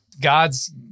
God's